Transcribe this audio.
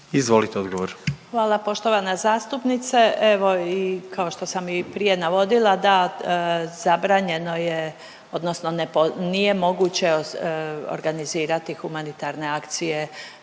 Marija** Hvala poštovana zastupnice, evo i kao što sam i prije navodila, da zabranjeno je odnosno nije moguće organizirati humanitarne akcije